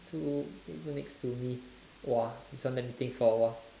two people next to me !whoa! this one let me think for a while